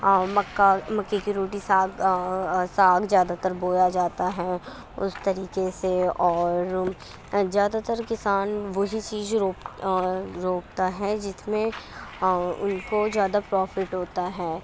مکا مکے کی روٹی ساگ ساگ زیادہ تر بویا جاتا ہے اس طریقے سے اور زیادہ تر کسان وہی چیز روک روپتا ہے جس میں ان کو زیادہ پروفٹ ہوتا ہے